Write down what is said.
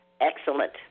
Excellent